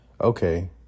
okay